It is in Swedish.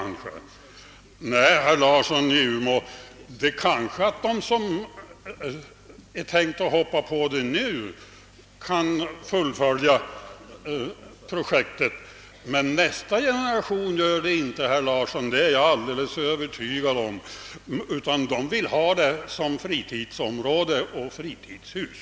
Nej, herr Larsson i Umeå, de jordbrukare som har det så nu kan kanske fullfölja detta arbetsprogram. Men nästa generation gör det inte. Det är jag alldeles övertygad om, herr Larsson i Umeå. Den generationen kommer att vilja ha skogen som fritidsområde och som plats för fritidshus.